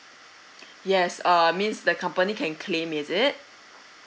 yes err I means the company can claim is it